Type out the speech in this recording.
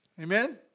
Amen